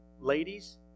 ladies